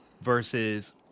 versus